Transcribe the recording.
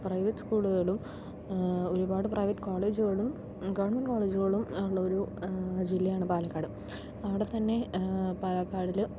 private സ്കൂളുകളും ഒരുപാട് private കോളേജുകളും ഗവൺമെന്റ് കോളേജുകളും ഉള്ള ഒരു ജില്ലയാണ് പാലക്കാട് അവിടെത്തന്നെ പാലക്കാടിൽ